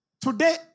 Today